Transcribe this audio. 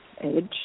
edge